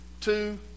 two